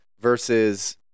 versus